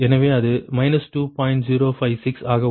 056 ஆக உள்ளது